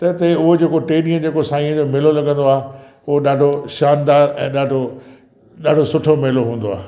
त हिते उहो जेको टे ॾींहं साईंअ जो मेलो लॻंदो आहे उहो ॾाढो शानदार ऐं ॾाढो ॾाढो सुठो मेलो हूंदो आहे